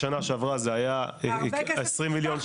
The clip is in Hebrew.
שנה שעברה זה היה --- הרבה כסף --- שנייה.